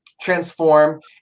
transform